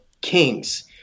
kings